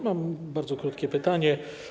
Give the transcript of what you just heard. Mam bardzo krótkie pytanie.